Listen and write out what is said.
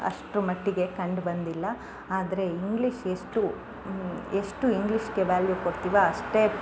ಅಷ್ಟರ ಮಟ್ಟಿಗೆ ಕಂಡುಬಂದಿಲ್ಲ ಆದರೆ ಇಂಗ್ಲೀಷ್ ಎಷ್ಟು ಎಷ್ಟು ಇಂಗ್ಲೀಷ್ಗೆ ವ್ಯಾಲ್ಯೂ ಕೊಡ್ತಿವೋ ಅಷ್ಟೇ